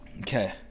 Okay